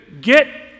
get